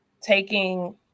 taking